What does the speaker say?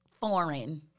foreign